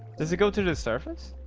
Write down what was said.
does it go to this surface?